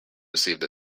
received